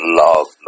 love